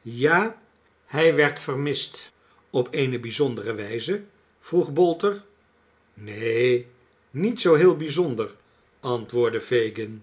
ja hij werd vermist op eene bijzondere wijze vroeg boter neen niet zoo heel bjzonder antwoordde fagin